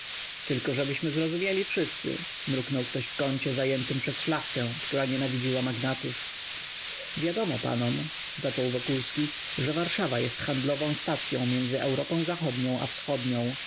tylko żebyśmy zrozumieli wszyscy mruknął ktoś w kącie zajętym przez szlachtę która nienawidziła magnatów wiadomo panom zaczął wokulski że warszawa jest handlową stacyą między europą zachodnią i wschodnią